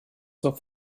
zur